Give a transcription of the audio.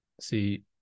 see